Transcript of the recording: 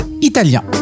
italien